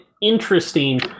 interesting